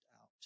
out